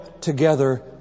together